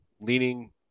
leaning